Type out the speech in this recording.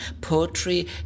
poetry